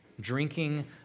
Drinking